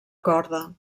corda